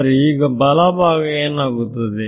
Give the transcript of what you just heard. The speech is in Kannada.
ಸರಿ ಈಗ ಬಲಬಾಗ ಏನಾಗುತ್ತದೆ